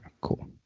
cool